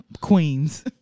Queens